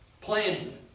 Planning